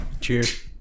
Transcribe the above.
cheers